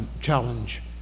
challenge